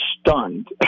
stunned